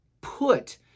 put